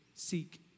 Seek